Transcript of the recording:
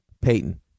Peyton